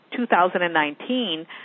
2019